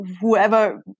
whoever